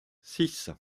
six